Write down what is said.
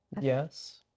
Yes